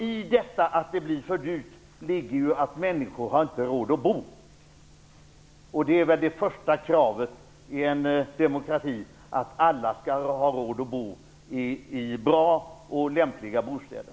I detta "att det har blivit för dyrt" ligger ju att människor inte har råd att bo, och det första kravet i en demokrati är väl att alla skall ha råd att bo i bra och lämpliga bostäder.